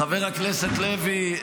חבר הכנסת לוי,